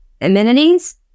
amenities